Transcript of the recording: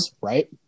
right